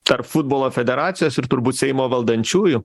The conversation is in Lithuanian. tarp futbolo federacijos ir turbūt seimo valdančiųjų